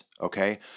okay